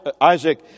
Isaac